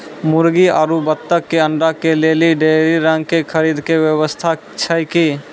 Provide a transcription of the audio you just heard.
मुर्गी आरु बत्तक के अंडा के लेली डेयरी रंग के खरीद के व्यवस्था छै कि?